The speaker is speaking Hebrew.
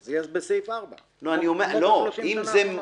אז שזה יהיה בסעיף 4, כמו ב-30 השנים האחרונות.